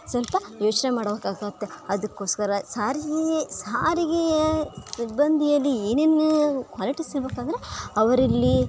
ಸ್ವಲ್ಪ ಯೋಚನೆ ಮಾಡೋಕಾಗುತ್ತೆ ಅದಕ್ಕೋಸ್ಕರ ಸಾರಿಗೆ ಸಾರಿಗೆಯ ಸಿಬ್ಬಂದಿಯಲ್ಲಿ ಏನೇನು ಕ್ವಾಲಿಟೀಸ್ ಇರ್ಬೇಕಂದ್ರೆ ಅವರಿಲ್ಲಿ